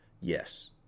Yes